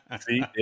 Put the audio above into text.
See